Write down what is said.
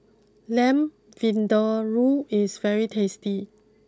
Lamb Vindaloo is very tasty